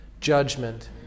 Judgment